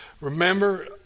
Remember